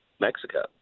Mexico